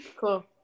Cool